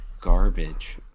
garbage